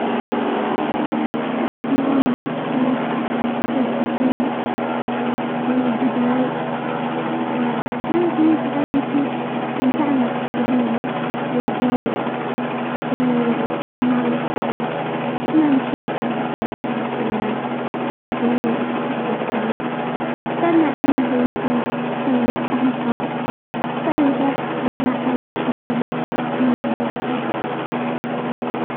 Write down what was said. احدث مؤامرة كانت رحلة سخين في الجبال، وكانت ممتعة لان احنا استمتعنا بالطبيعة والجو في الليل والسهر مع الاصدقاء، كنا نشارك القصص والذكريات ونسوي حفلة شواء، ابتعادنا عن الروتين كان له طعم خاص، فشعرت بالراحة والسعادة بوجود الاصدقاء.